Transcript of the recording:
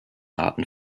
arten